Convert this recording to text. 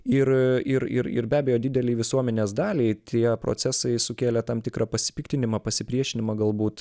ir ir ir ir be abejo didelei visuomenės daliai tie procesai sukėlė tam tikrą pasipiktinimą pasipriešinimą galbūt